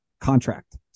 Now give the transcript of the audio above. contract